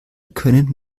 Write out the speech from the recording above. können